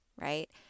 right